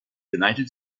united